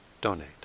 donate